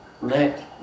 Let